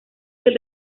del